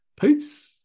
Peace